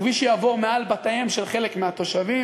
הכביש יעבור מעל בתיהם של חלק מהתושבים,